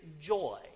joy